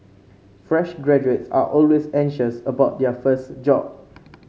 fresh graduates are always anxious about their first job